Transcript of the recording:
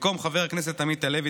במקום חבר הכנסת עמית הלוי,